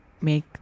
make